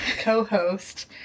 co-host